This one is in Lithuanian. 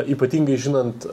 ypatingai žinant